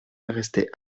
restait